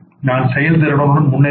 நான் செயல்திறனுடன் முன்னேறுவேன்